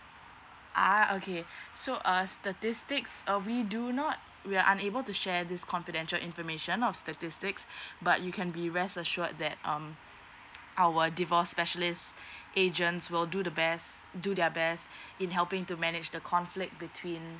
ah okay so err statistics uh we do not we're unable to share this confidential information of statistics but you can be rest assured that um our divorce specialist agents will do the best do their best in helping to manage the conflict between